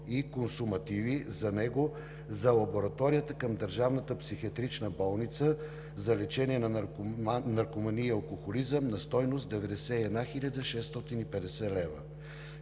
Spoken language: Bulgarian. и консумативи за него за лабораторията към Държавната психиатрична болница за лечение на наркомании и алкохолизъм на стойност 91 хил.